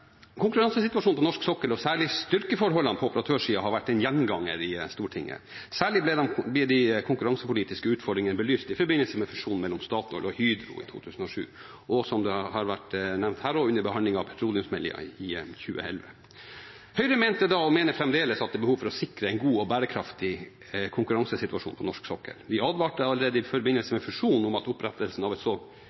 Konkurransesituasjonen på norsk sokkel, og særlig styrkeforholdene på operatørsiden, har vært en gjenganger i Stortinget. Særlig ble de konkurransepolitiske utfordringene belyst i forbindelse med fusjonen mellom Statoil og Hydro i 2007 og – som det har vært nevnt her – under behandlingen av petroleumsmeldingen i 2011. Høyre mente da, og mener fremdeles, at det er behov for å sikre en god og bærekraftig konkurransesituasjon på norsk sokkel. Vi advarte allerede i forbindelse med fusjonen mot at opprettelsen av